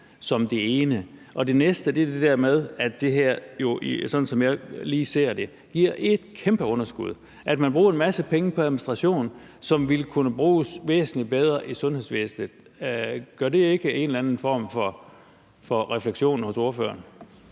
er det ene. Det andet, er det der med, at det her jo, som jeg lige ser det, giver et kæmpe underskud, at man bruger en masse penge på administration, som ville kunne bruges væsentlig bedre i sundhedsvæsenet. Giver det ikke anledning til en eller anden form for refleksion hos ordføreren?